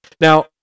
Now